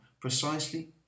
precisely